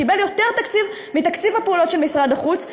הוא קיבל יותר תקציב מתקציב הפעולות של משרד החוץ,